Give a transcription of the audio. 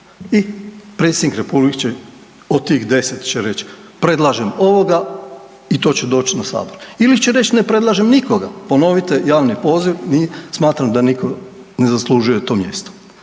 i predsjednik republike će od tih 10 će reći, predlažem ovoga i to će doći na Sabor. Ili će reći ne predlažem nikoga, ponovite javni poziv, smatram da nitko ne zaslužuje to mjesto.